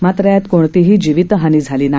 मात्र यात कोणतीही जीवितहानी झाली नाही